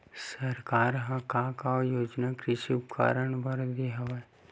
सरकार ह का का योजना कृषि उपकरण बर दे हवय?